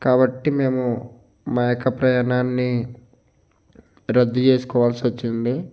కాబట్టి మేము మా యొక్క ప్రయాణాన్ని రద్దు చేసుకోవాల్సి వచ్చింది